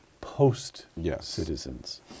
post-citizens